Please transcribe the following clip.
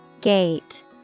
Gate